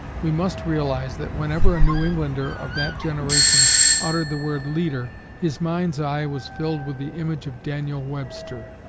we must realize that whenever a new englander of that generation uttered the word leader his mind's eye was filled with the image of daniel webster.